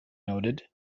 noted